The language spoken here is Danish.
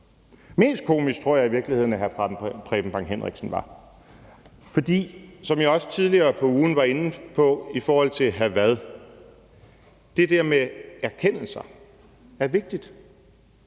Mest komisk tror jeg i virkeligheden at hr. Preben Bang Henriksen var, for som jeg også tidligere på ugen var inde på i forhold til hr. Frederik Vad, er det der med erkendelser vigtigt.